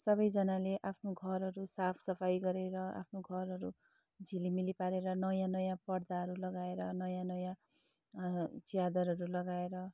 सबैजनाले आफ्नो घरहरू साफसफाइ गरेर आफ्नो घरहरू झिलिमिलि पारेर नयाँ नयाँ पर्दाहरू लगाएर नयाँ नयाँ च्यादरहरू लगाएर